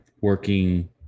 working